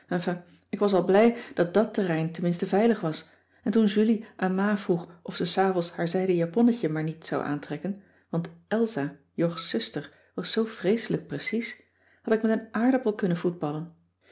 ik was al blij dat dàt terrein tenminste veilig was en toen julie aan ma vroeg of ze s avonds haar zijden japonnetje maar niet zou aantrekken want elsa jog's zuster was zoo vreeselijk precies had ik met een aardappel kunnen voetballen